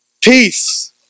peace